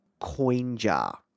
Coinjar